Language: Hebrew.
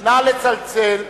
נא לצלצל.